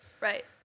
Right